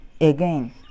again